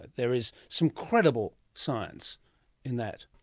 there is some credible science in that.